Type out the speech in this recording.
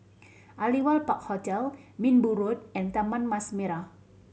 Aliwal Park Hotel Minbu Road and Taman Mas Merah